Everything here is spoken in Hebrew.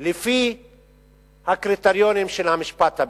לפי הקריטריונים של המשפט הבין-לאומי.